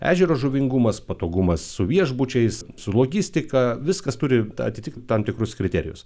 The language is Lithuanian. ežero žuvingumas patogumas su viešbučiais su logistika viskas turi atitikti tam tikrus kriterijus